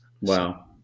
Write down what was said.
Wow